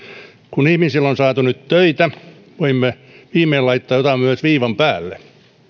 kun ihmisille on saatu nyt töitä voimme viimein laittaa jotain myös viivan päälle